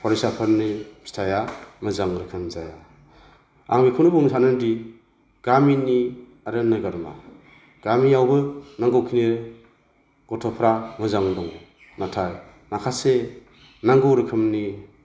फरायसाफोरनि फिथाइया मोजां रोखोम जाया आं बेखौनो बुंनो सानोदि गामिनि आरो नोगोरमा गामियावबो नांगौ खिनि गथ'फ्रा मोजां दं नाथाय माखासे नांगौ रोखोमनि